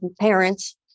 parents